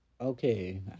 Okay